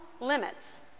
limits